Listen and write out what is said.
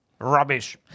Rubbish